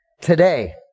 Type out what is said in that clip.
today